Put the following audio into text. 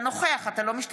אתה נוכח, אתה לא משתתף.